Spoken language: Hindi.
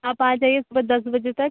आप आ जाइए सुबह दस बजे तक